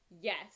Yes